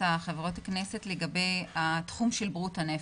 מחברות הכנסת לגבי התחום של בריאות הנפש,